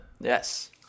Yes